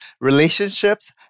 relationships